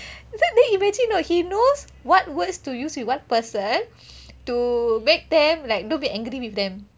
then then imagine you know he knows what words to use with what person to make them like don't be angry with them